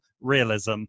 realism